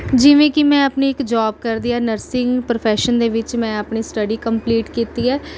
ਜਿਵੇਂ ਕਿ ਮੈਂ ਆਪਣੀ ਇੱਕ ਜੌਬ ਕਰਦੀ ਹਾਂ ਨਰਸਿੰਗ ਪ੍ਰੋਫੈਸ਼ਨ ਦੇ ਵਿੱਚ ਮੈਂ ਆਪਣੀ ਸਟੱਡੀ ਕੰਪਲੀਟ ਕੀਤੀ ਹੈ